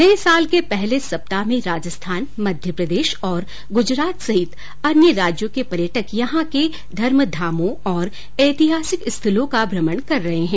नये साल के पहले सप्ताह में राजस्थान मध्यप्रदेश और गुजरात सहित अन्य राज्यों के पर्यटक यहां के धर्म धामों और ऐतिहासिक स्थलों का भ्रमण कर रहे है